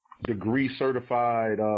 degree-certified